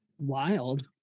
Wild